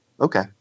okay